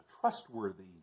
trustworthy